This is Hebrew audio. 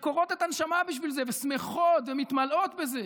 שקורעות את הנשמה בשביל זה, ושמחות ומתמלאות בזה.